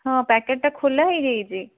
ହଁ ପ୍ୟାକେଟ୍ଟା ଖୋଲାହେଇଯାଇଛି